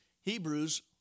Hebrews